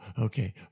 okay